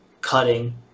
cutting